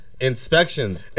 inspections